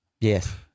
Yes